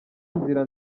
inzira